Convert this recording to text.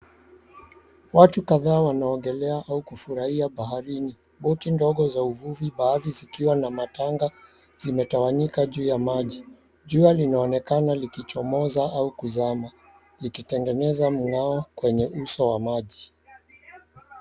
Watu kadhaa wanaogea au kufurahia baharini, boti ndogo za uvuvi baadhi zikiwa na matanga zimetawanyika juu ya maji, jua linaonekana kuchomoza au kuzama likitengeza mng'ao kwenye uso wa maji.